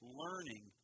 learning